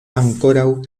ankoraŭ